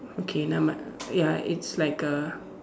okay nevermind ya it's like a